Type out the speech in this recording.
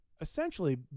essentially